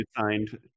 signed